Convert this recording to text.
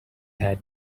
hat